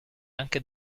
anche